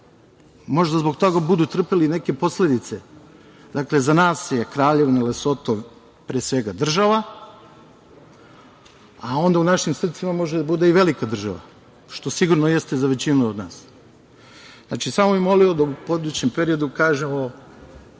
Možda zbog toga budu trpeli i neke posledice. Dakle, za nas je Kraljevina Lesoto pre svega država, a onda u našim srcima može da bude i velika država, što sigurno jeste za većinu od nas. Samo bih molio da u budućem periodu kažemo